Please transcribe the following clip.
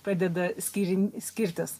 pradeda skyrin skirtis